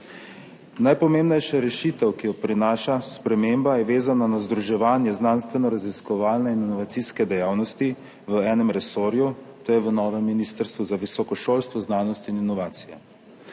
Najpomembnejša rešitev, ki jo prinaša sprememba, je vezana na združevanje znanstvenoraziskovalne in inovacijske dejavnosti v enem resorju, to je v novem ministrstvu, Ministrstvu za visoko šolstvo, znanost in inovacije.